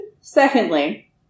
Secondly